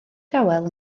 dawel